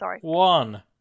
one